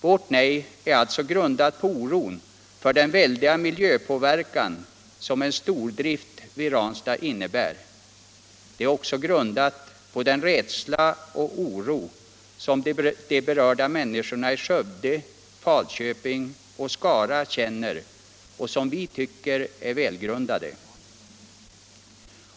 Vårt nej är alltså grundat på oron för den väldiga miljöpåverkan som en stordrift vid Ranstad innebär. Det är också grundat på den rädsla och oro som de berörda människorna i Skövde, Falköping och Skara känner och som vi tycker har goda skäl.